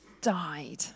died